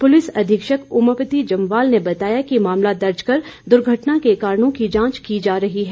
police अधीक्षक ओमापति जंबाल ने बताया कि मामला दर्ज कर दुर्घटना के कारणों की जांच की जा रही है